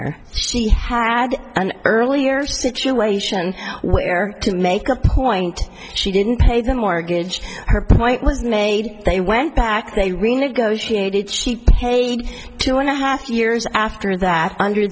honor she had an early years situation where to make a point she didn't pay the mortgage her point was made they went back they renegotiated she paid two and a half years after that under